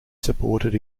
supported